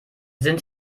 sind